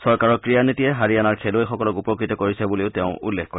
চৰকাৰৰ ক্ৰীড়া নীতিয়ে হাৰিয়ানাৰ খেলুৱৈসকলক উপকৃত কৰিছে বুলিও তেওঁ উল্লেখ কৰে